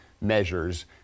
measures